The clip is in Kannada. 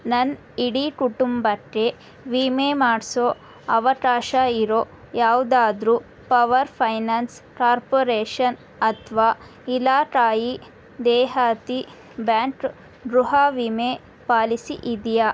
ನನ್ನ ಇಡೀ ಕುಟುಂಬಕ್ಕೆ ವಿಮೆ ಮಾಡಿಸೋ ಅವಕಾಶ ಇರೋ ಯಾವುದಾದ್ರೂ ಪವರ್ ಫೈನಾನ್ಸ್ ಕಾರ್ಪೊರೇಷನ್ ಅಥ್ವಾ ಇಲಾಖಾಯೀ ದೇಹಾತಿ ಬ್ಯಾಂಕ್ ಗೃಹ ವಿಮೆ ಪಾಲಿಸಿ ಇದೆಯಾ